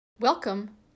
Welcome